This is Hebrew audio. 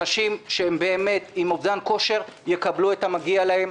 אנשים שהם באמת עם אובדן כושר יקבלו את המגיע להם.